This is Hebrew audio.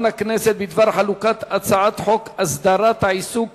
הכנסת בדבר חלוקת הצעת חוק הסדרת העיסוק